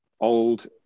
old